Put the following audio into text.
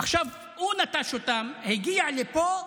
עכשיו הוא נטש אותם, הגיע לפה,